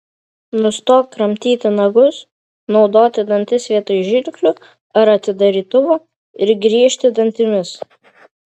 nustok kramtyti nagus naudoti dantis vietoj žirklių ar atidarytuvo ir griežti dantimis